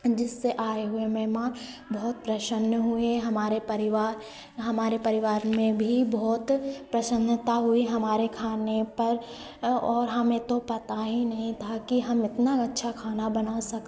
जिससे आए हुए मेहमान प्रसन्न हुए हमारे परिवार हमारे परिवार में भी बहुत प्रसन्नता हुई हमारे खाने पर और हमें तो पता ही नहीं था कि हम इतना अच्छा खाना बना सकते हैं